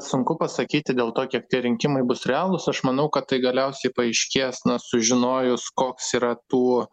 sunku pasakyti dėl to kiek tie rinkimai bus realūs aš manau kad tai galiausiai paaiškės sužinojus koks yra tų